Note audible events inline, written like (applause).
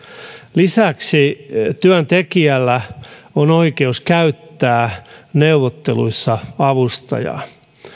lisäksi työntekijällä (unintelligible) on oikeus käyttää neuvotteluissa avustajaa